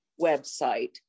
website